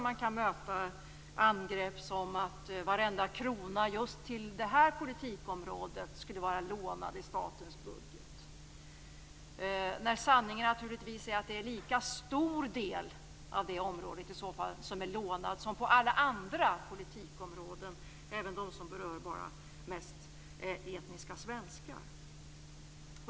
Man kan möta angrepp av typen att varenda krona i statens budget till just det här politikområdet skulle vara lånad. Sanningen är naturligtvis att lika stor del på det området är lånad som på alla andra politikområden, även dem som mest berör bara etniska svenskar.